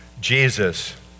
Jesus